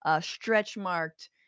stretch-marked